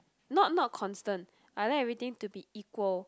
not not constant I like everything to be equal